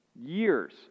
years